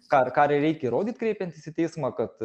ką ką ir reikia įrodyt kreipiantis į teismą kad